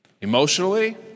emotionally